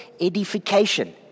edification